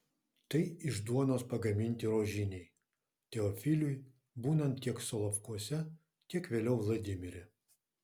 tai iš duonos pagaminti rožiniai teofiliui būnant tiek solovkuose tiek vėliau vladimire